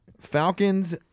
Falcons